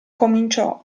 cominciò